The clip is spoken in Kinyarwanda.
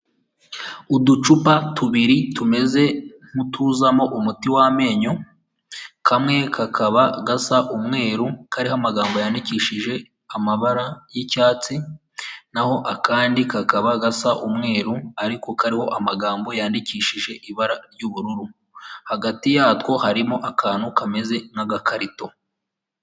Uducupa tubiri tumeze nk'utuzamo umuti w'amenyo, kamwe kakaba gasa umweru kariho amagambo yandikishije amabara y'icyatsi naho akandi kakaba gasa umweru ariko kariho amagambo yandikishije ibara ry'ubururu hagati yatwo harimo akantu kameze nk'agakarito.